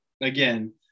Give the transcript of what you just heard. again